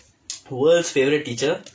world's favourite teacher